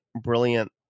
brilliant